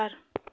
चार